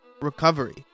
recovery